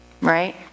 Right